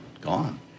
gone